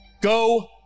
Go